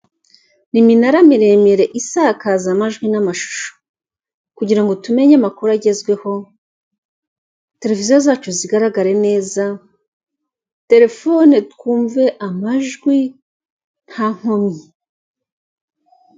Ni iminara miremire isakaza amajwi n'amashusho kugira ngo tumenye amakuru agezweho, televiziyo zacu zigaragare neza, telefone twumve amajwi nta nkomyi.